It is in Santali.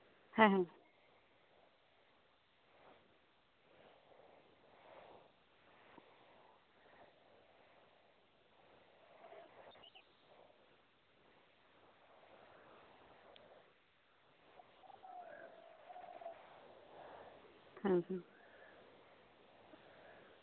ᱦᱮᱸ ᱦᱮᱸ ᱦᱩᱸ ᱦᱩᱸ